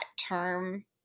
term